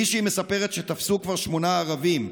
מישהי מספרת שתפסו כבר שמונה ערבים,